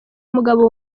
umugabo